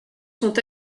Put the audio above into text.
sont